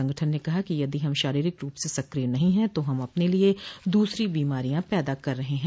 संगठन ने कहा है कि यदि हम शारीरिक रूप से सक्रिय नहीं है तो हम अपने लिए दूसरी बीमारियां पैदा कर रहे हैं